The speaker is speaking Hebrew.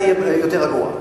הייתי יותר רגוע.